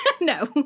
No